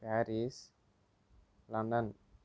Paris London